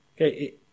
Okay